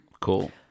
cool